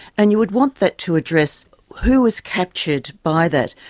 and you would want that to address who was captured by that.